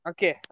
Okay